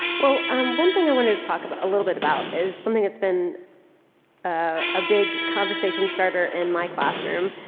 well, um one thing i wanted to talk about, a little bit about is something that's been a big conversation starter in my classroom